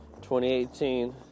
2018